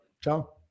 Ciao